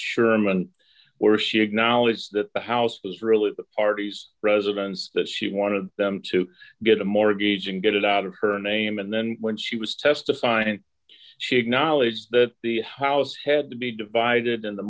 sherman where she acknowledged that the house was really the parties residence that she wanted them to get a mortgage and get it out of her name and then when she was testifying and take knowledge that the house had to be divided in the